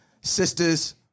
sisters